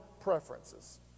preferences